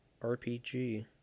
RPG